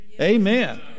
Amen